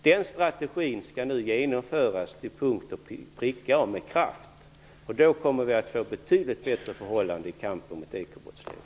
Den strategin skall nu genomföras med kraft, till punkt och pricka. Då kommer vi att få betydligt bättre förhållanden i kampen mot ekobrottsligheten.